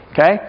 okay